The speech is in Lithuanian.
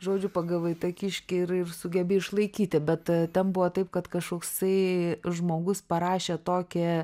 žodžiu pagavai tą kiškį ir ir sugebi išlaikyti bet ten buvo taip kad kažkoksai žmogus parašė tokią